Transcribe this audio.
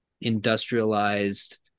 industrialized